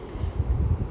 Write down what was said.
okay is it okay